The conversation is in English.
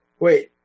Wait